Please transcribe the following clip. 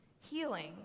healing